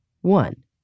one